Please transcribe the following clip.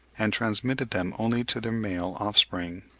and transmitted them only to their male offspring.